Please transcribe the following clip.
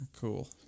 cool